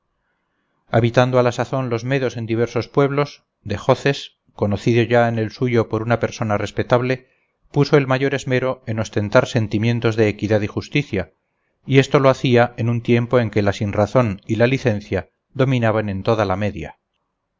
habitando a la sazón los medos en diversos pueblos dejoces conocido ya en el suyo por una persona respetable puso el mayor esmero en ostentar sentimientos de equidad y justicia y esto lo hacía en un tiempo en que la sinrazón y la licencia dominaban en toda la media